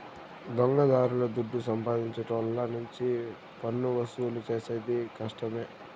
దొంగదారుల దుడ్డు సంపాదించేటోళ్ళ నుంచి పన్నువసూలు చేసేది కష్టమే